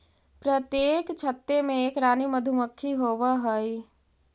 प्रत्येक छत्ते में एक रानी मधुमक्खी होवअ हई